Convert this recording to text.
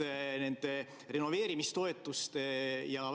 et renoveerimistoetuste ja